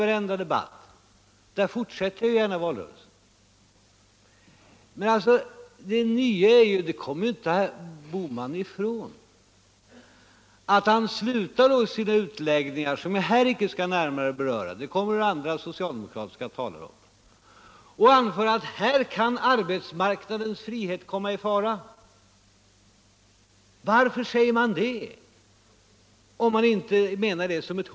varenda debatt - på det sättet fortsätter jag gärna valrörelsen. Men det nva är — det kommer inte heller Bohman ifrån — att han slutar sina utläggningar, som jag här inte skall närmare beröra eftersom andra socialdemokratiska talare kommer att göra det, med att anföra att här kan arbetsmarknadens frihet komma i fara. Varför säger man det om man inte menar det som e hot?